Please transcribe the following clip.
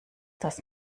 dass